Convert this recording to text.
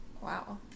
Wow